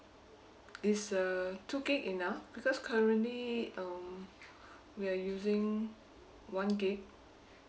is uh two gigabyte enough because currently um we're using one gigabyte